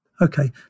Okay